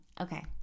okay